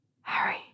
Harry